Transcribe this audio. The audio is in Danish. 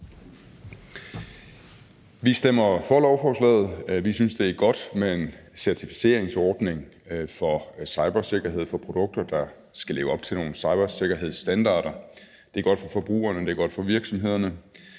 Vi stemmer for lovforslaget. Vi synes, det er godt med en certificeringsordning for cybersikkerhed for produkter, der skal leve op til nogle cybersikkerhedsstandarder. Det er godt for forbrugerne, det er godt for virksomhederne,